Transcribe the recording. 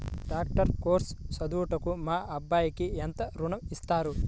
Doctor course చదువుటకు మా అబ్బాయికి ఎంత ఋణం ఇస్తారు?